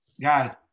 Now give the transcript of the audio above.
Guys